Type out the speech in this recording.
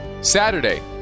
Saturday